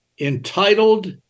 entitled